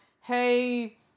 hey